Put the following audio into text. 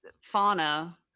fauna